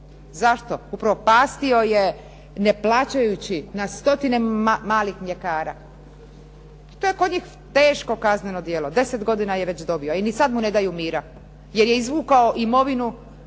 stvorio, upropastio je neplaćajući na 100 malih mljekara. To je kod njih teško kazneno djelo, 10 godina je već dobio, ni sada mu ne daju mira, jer je izvukao imovinu